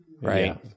Right